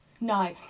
No